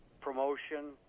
promotion